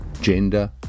gender